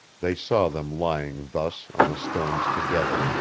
they saw them lying thus on the stones together.